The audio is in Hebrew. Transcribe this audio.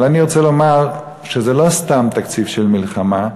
אבל אני רוצה לומר שזה לא סתם תקציב של מלחמה,